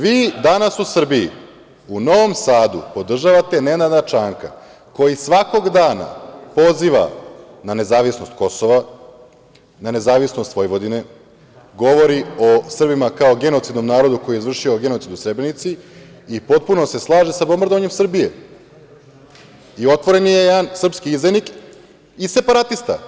Vi danas u Srbiji u Novom Sadu podržavate Nenada Čanka, koji svakog dana poziva na nezavisnost Kosova, na nezavisnost Vojvodine, govori o Srbima kao genocidnom narodu koji je izvršio genocid u Srebrenici i potpuno se slaže sa bombardovanjem Srbije i otvoreno je jedan srpski izdajnik i separatista.